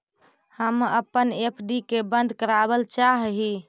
हम अपन एफ.डी के बंद करावल चाह ही